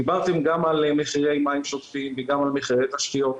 דיברתם גם על מחירי מים שוטפים וגם על מחירי תשתיות.